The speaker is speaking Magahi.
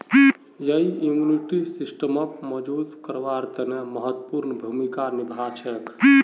यई इम्यूनिटी सिस्टमक मजबूत करवार तने महत्वपूर्ण भूमिका निभा छेक